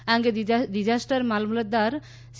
આ અંગે ડિઝાસ્ટર મામલતદાર સી